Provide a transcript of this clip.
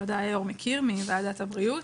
שבוודאי היו"ר מכיר מוועדת הבריאות.